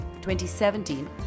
2017